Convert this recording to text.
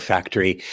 Factory